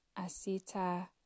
Asita